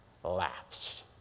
laughs